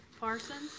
Parsons